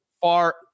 far